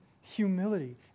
humility